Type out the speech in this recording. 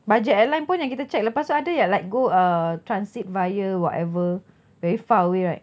budget airline yang kita check lepas tu ada like go uh transit via whatever very far away right